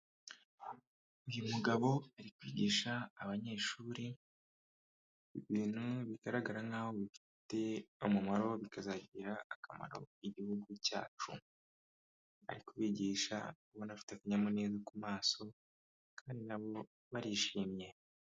Uyu mugabo ari kwigisha abanyeshuri, ibintu bigaragara nkaho bifite umumaro, bikazagirira akamaro igihugu cyacu, ari kubigisha ubona afite akanyamuneza ku maso kandi na bo barishimye.